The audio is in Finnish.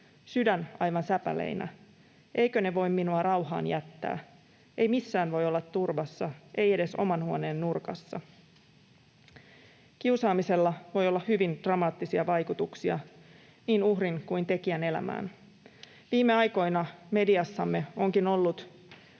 Sydän aivan säpäleinä. / Eikö ne voi minua rauhaan jättää? / Ei missään voi olla turvassa / ei edes oman huoneen nurkassa.” Kiusaamisella voi olla hyvin dramaattisia vaikutuksia niin uhrin kuin tekijän elämään. Viime aikoina mediassamme onkin ollut